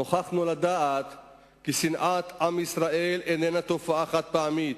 נוכחנו לדעת כי שנאת עם ישראל איננה תופעה חד-פעמית